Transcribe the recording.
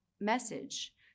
message